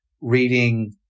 reading